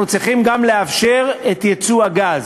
אנחנו צריכים גם לאשר את ייצוא הגז.